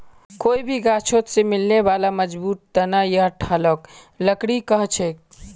कोई भी गाछोत से मिलने बाला मजबूत तना या ठालक लकड़ी कहछेक